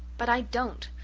but i don't.